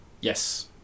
Yes